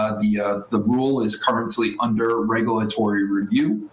ah the the rule is currently under regulatory review,